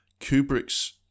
Kubrick's